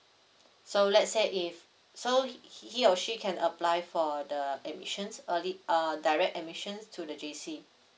so let's say if so he he or she can apply for the admissions early uh direct admission to the J_C